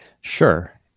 Sure